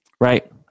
Right